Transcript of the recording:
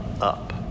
up